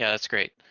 yeah that's great,